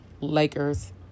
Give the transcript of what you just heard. Lakers